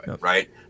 right